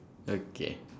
okay